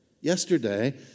Yesterday